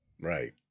right